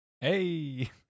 Hey